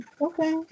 okay